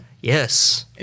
yes